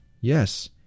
Yes